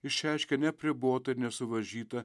išreiškia neapribota ir nesuvaržyta